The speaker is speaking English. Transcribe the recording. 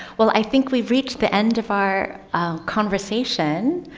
well, i think we've reached the end of our conversation.